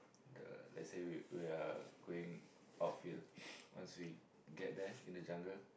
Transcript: the let's say we we are going outfield once we get there in the jungle